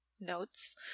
notes